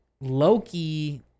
Loki